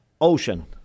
ocean